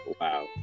wow